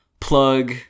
plug